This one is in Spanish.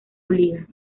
obliga